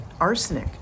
arsenic